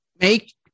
Make